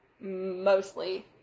mostly